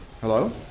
Hello